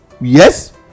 Yes